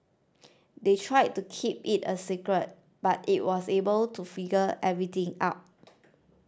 they tried to keep it a secret but it was able to figure everything out